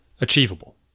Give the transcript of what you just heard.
achievable